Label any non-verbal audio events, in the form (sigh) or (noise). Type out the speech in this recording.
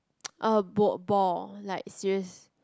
(noise) bo~ ball like serious